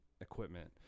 equipment